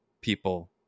people